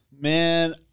Man